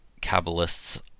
kabbalists